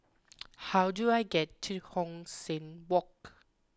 how do I get to Hong San Walk